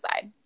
side